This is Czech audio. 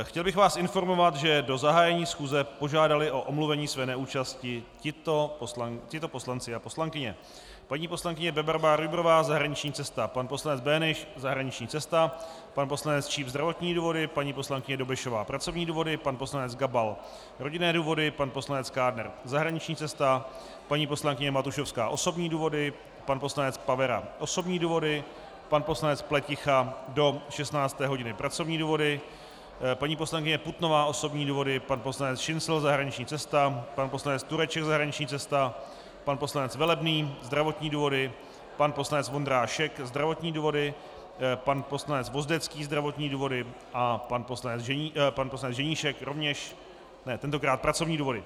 Chtěl bych vás informovat, že do zahájení schůze požádali o omluvení své neúčasti tito poslanci a poslankyně: paní poslankyně Bebarová Rujbrová zahraniční cesta, pan poslanec Böhnisch zahraniční cesta, pan poslanec Číp zdravotní důvody, paní poslankyně Dobešová pracovní důvody, pan poslanec Gabal rodinné důvody, pan poslanec Kádner zahraniční cesta, paní poslankyně Matušovská osobní důvody, pan poslanec Pavera osobní důvody, pan poslanec Pleticha do 16. hodiny pracovní důvody, paní poslankyně Putnová osobní důvody, pan poslanec Šincl zahraniční cesta, pan poslanec Tureček zahraniční cesta, pan poslanec Velebný zdravotní důvody, pan poslanec Vondrášek zdravotní důvody, pan poslanec Vozdecký zdravotní důvody a pan poslanec Ženíšek pracovní důvody.